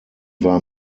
war